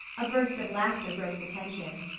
a burst of laughter broke the tension.